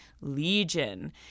Legion